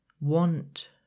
want